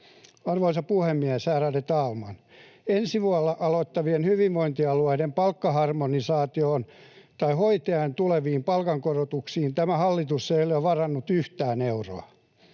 Arvoisa puhemies, ärade talman! Ensi vuonna aloittavien hyvinvointialueiden palkkaharmonisaatioon tai hoitajien tuleviin palkankorotuksiin tämä hallitus ei ole varannut yhtään euroa.